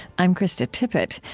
i'm krista tippett.